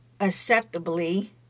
Acceptably